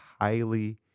highly